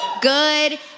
good